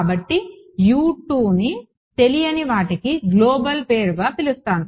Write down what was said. కాబట్టి ని తెలియని వాటికి గ్లోబల్ పేరుగా పిలుస్తాను